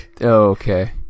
Okay